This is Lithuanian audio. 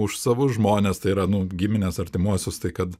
už savus žmones yra nu gimines artimuosius tai kad